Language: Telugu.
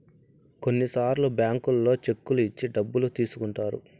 కొన్నిసార్లు బ్యాంకుల్లో చెక్కులు ఇచ్చి డబ్బులు తీసుకుంటారు